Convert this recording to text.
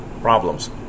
problems